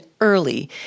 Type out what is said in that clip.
early